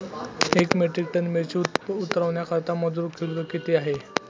एक metric ton मिरची उतरवण्याकरता मजूर शुल्क किती आहे?